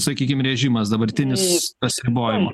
sakykim rėžimas dabartinis tas ribojimo